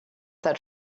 that